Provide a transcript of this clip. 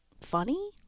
funny